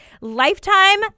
Lifetime